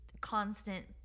constant